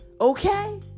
Okay